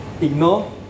Ignore